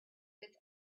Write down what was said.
with